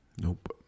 Nope